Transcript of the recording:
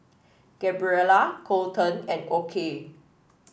Gabriella Coleton and Okey